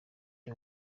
the